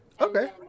Okay